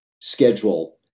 schedule